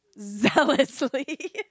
Zealously